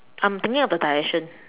I'm thinking of the direction